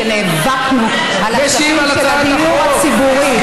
כשנאבקנו על הכספים של הדיור הציבורי,